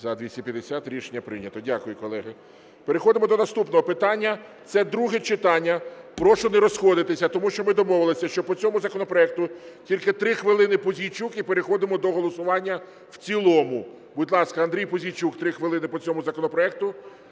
За-250 Рішення прийнято. Дякую, колеги. Переходимо до наступного питання, це друге читання. Прошу не розходитися, тому що ми домовилися, що по цьому законопроекту тільки 3 хвилини Пузійчук - і переходимо до голосування в цілому. Будь ласка, Андрій Пузійчук 3 хвилини по цьому законопроекту.